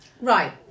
Right